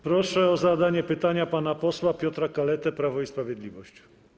Proszę o zadanie pytania pana posła Piotra Kaletę, Prawo i Sprawiedliwość.